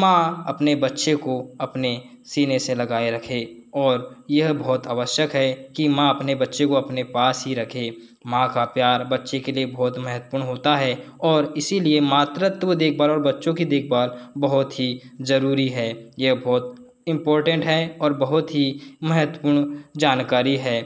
माँ अपने बच्चे को अपने सीने से लगाए रखे और यह बहुत आवश्यक है कि माँ अपने बच्चे को अपने पास ही रखे माँ का प्यार बच्चे के लिए बहुत महत्वपूर्ण होता है और इसलिए मातृत्व देखभाल और बच्चों की देखभाल बहुत ही ज़रूरी है यह बहुत इंपोर्टेंट है और बहुत ही महत्वपूर्ण जानकारी है